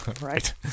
Right